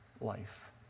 life